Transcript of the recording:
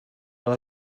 fel